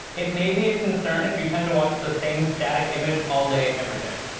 it may be a concern if you tend to watch the same static image all day, every day.